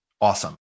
Awesome